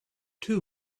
too